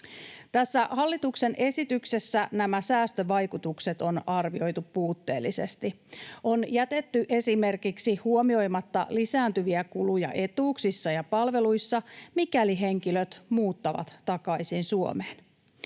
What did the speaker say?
hallituksen esityksessä nämä säästövaikutukset on arvioitu puutteellisesti. On jätetty esimerkiksi huomioimatta lisääntyviä kuluja etuuksissa ja palveluissa, mikäli henkilöt muuttavat takaisin Suomeen.